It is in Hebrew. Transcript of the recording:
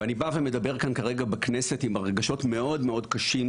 ואני בא ומדבר כאן כרגע בכנסת עם רגשות מאוד מאוד קשים,